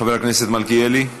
חבר הכנסת מלכיאלי,